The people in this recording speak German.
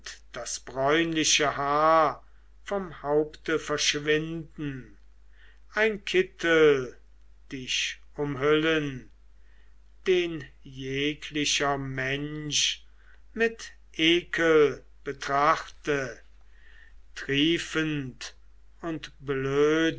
das bräunliche haar vom haupte verschwinden ein kittel dich umhüllen den jeglicher mensch mit ekel betrachte triefend und blöde